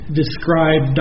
describe